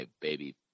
baby